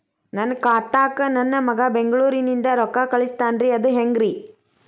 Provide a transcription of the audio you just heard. ನನ್ನ ಖಾತಾಕ್ಕ ನನ್ನ ಮಗಾ ಬೆಂಗಳೂರನಿಂದ ರೊಕ್ಕ ಕಳಸ್ತಾನ್ರಿ ಅದ ಹೆಂಗ್ರಿ?